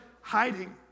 hiding